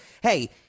hey